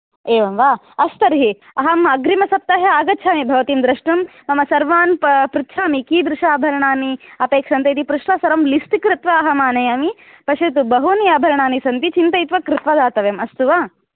एवं वा अस्तु तर्हि अहम् अग्रिमसप्ताहे आगच्छामि भवतीं द्रष्टुं मम सर्वान् पृ पृच्छामि कीदृश आभराणि अपेक्ष्यन्ते इति पृष्ट्वा सर्वं लिस्ट् कृत्त्वा अहम् आनयामि पश्यतु बहूनि आभराणि सन्ति चिन्तयित्वा कृत्वा दातव्यम् अस्तु वा